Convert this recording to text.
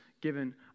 given